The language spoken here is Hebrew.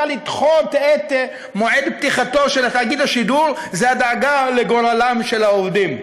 לדחות את מועד פתיחתו של תאגיד השידור זה הדאגה לגורלם של העובדים.